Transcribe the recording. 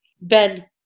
Ben